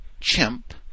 chimp